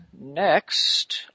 next